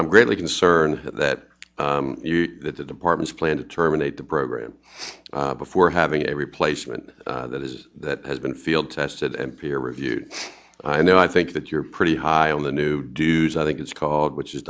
i'm greatly concerned that the department plan to terminate the program before having a replacement that is that has been field tested and peer reviewed i know i think that you're pretty high on the new dues i think it's called which is